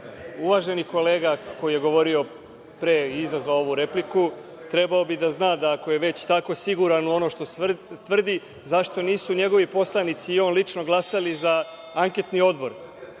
Uvaženi kolega koji je govorio pre i izazvao ovu repliku trebalo bi da zna da ako je već tako siguran u ono što tvrdi, zašto nisu njegovi poslanici i on lično glasali za anketni odbor